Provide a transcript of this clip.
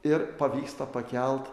ir pavyksta pakelt